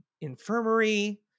infirmary